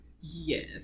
Yes